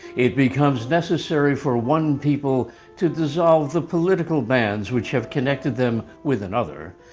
it becomes necessary for one people to dissolve the political bands which have connected them with another,